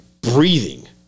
breathing